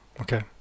Okay